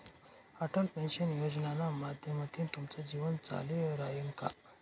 Atal pension योजनाना माध्यमथीन तुमनं जीवन चाली रायनं का?